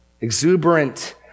exuberant